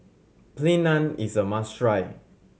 Plain Naan is a must try